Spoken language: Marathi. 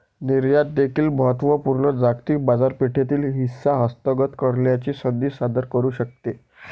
निर्यात देखील महत्त्व पूर्ण जागतिक बाजारपेठेतील हिस्सा हस्तगत करण्याची संधी सादर करू शकते